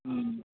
ওম